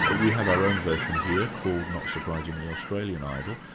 ah we have our own version here called, not surprisingly, australian idol.